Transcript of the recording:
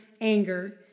anger